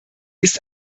ist